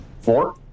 Four